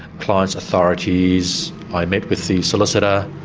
client's authorities. i met with the solicitor,